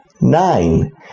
Nine